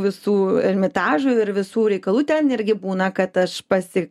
visų ermitažų ir visų reikalų ten irgi būna kad aš pasi